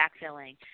backfilling